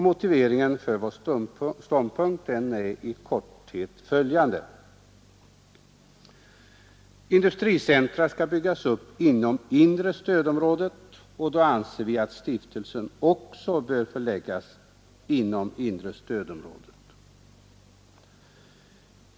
Motiveringen för vår ståndpunkt är i korthet följande. Industricentra skall byggas upp inom inre stödområdet, och då anser vi att stiftelsen bör förläggas inom inre stödområdet.